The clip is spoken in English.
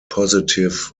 positive